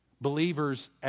Believers